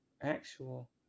actual